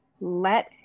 let